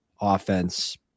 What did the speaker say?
offense